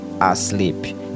asleep